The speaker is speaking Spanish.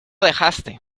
dejaste